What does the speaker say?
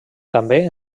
també